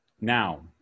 Now